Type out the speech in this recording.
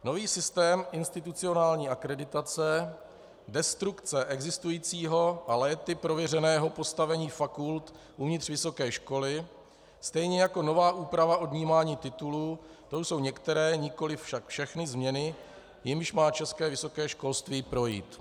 Nový systém institucionální akreditace, destrukce existujícího a léty prověřeného postavení fakult uvnitř vysoké školy stejně jako nová úprava odnímání titulu, to jsou některé, nikoliv však všechny změny, jimiž má české vysoké školství projít.